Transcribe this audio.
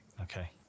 Okay